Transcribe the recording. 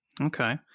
Okay